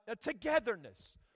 togetherness